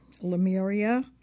Lemuria